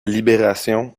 libération